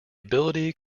ability